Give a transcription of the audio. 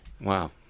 Wow